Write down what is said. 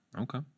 okay